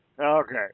Okay